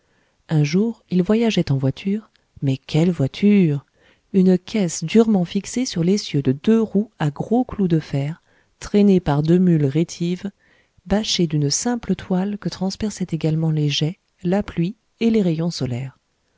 un jour il voyageait en voiture mais quelle voiture une caisse durement fixée sur l'essieu de deux roues à gros clous de fer traînée par deux mules rétives bâchée d'une simple toile que transperçaient également les jets la pluie et les rayons solaires